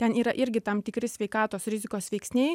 ten yra irgi tam tikri sveikatos rizikos veiksniai